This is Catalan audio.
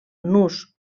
nus